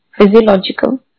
physiological